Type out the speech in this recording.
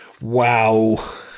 Wow